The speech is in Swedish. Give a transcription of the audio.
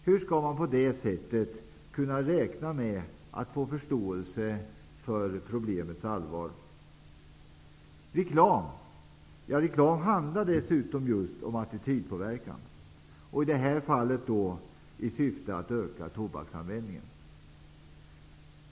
Hur skall man på det sättet kunna räkna med att få förståelse för problemets allvar? Reklam handlar dessutom just om attitydpåverkan, som i detta fall syftar till en ökad tobaksanvändning.